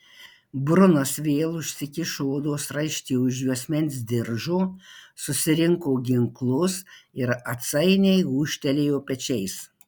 brunas vėl užsikišo odos raištį už juosmens diržo susirinko ginklus ir atsainiai gūžtelėjo pečiais